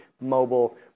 mobile